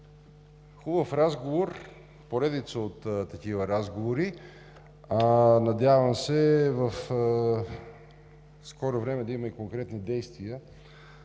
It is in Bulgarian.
хубав разговор – поредица от такива разговори, надявам се в скоро време да има и конкретни действия.